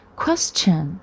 question